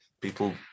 people